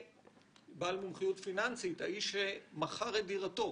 בעל מומחיות פיננסית, וזה רק כי הוא מכר את דירתו.